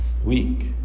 weak